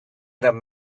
them